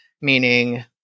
meaning